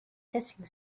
hissing